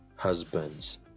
Husbands